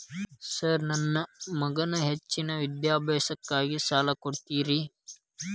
Sir ನನ್ನ ಮಗನ ಹೆಚ್ಚಿನ ವಿದ್ಯಾಭ್ಯಾಸಕ್ಕಾಗಿ ಸಾಲ ಕೊಡ್ತಿರಿ?